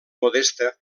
modesta